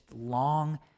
long